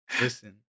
listen